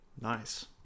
Nice